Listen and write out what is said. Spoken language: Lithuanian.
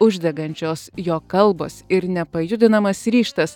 uždegančios jo kalbos ir nepajudinamas ryžtas